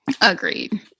Agreed